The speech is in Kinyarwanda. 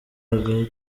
hato